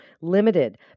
limited